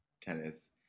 tennis